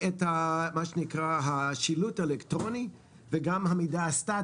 מה היעדים המספריים שמבקש המשרד להשיג בכל מה שקשור